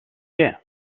què